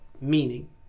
meaning